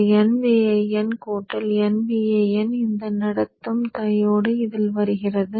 இந்த nVin nVin இந்த நடத்தும் டையோடு இதில் வருகிறது